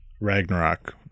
Ragnarok